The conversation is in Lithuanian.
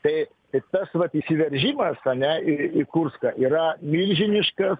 tai tai tas vat įsiveržimas ar ne į kurską yra milžiniškas